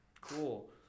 cool